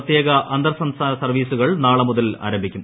പ്രത്യേക അന്തർ സംസ്ഥാന സർവ്വീസുകൾ നാളെ മുതൽ ആരംഭിക്കും